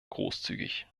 großzügig